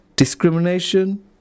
Discrimination